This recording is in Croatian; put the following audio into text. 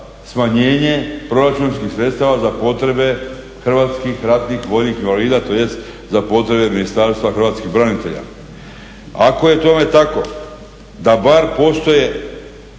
smanjenje proračunskih sredstava za potrebe hrvatskih ratnih vojnih invalida tj. za potrebe Ministarstva hrvatskih branitelja. Ako je tome tako da bar postoje